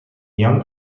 young